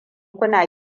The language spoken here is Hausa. kuna